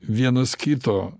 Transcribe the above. vienas kito